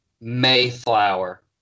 Mayflower